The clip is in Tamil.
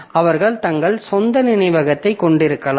அவர்கள் தங்கள் சொந்த நினைவகத்தைக் கொண்டிருக்கலாம்